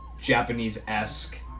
Japanese-esque